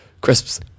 Crisps